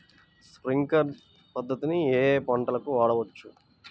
Sprinkler పద్ధతిని ఏ ఏ పంటలకు వాడవచ్చు?